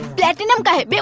platinum? but but